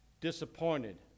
Disappointed